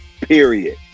period